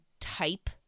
type